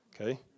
Okay